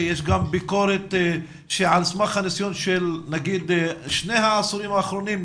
יש גם ביקורת על סמך הניסיון של שני העשורים האחרונים,